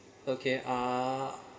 okay uh